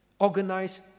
organize